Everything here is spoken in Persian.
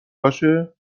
باشه